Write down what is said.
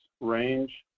Range